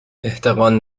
احتقان